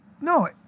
no